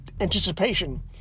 anticipation